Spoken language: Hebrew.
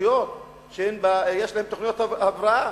ברשויות שיש להן תוכניות הבראה,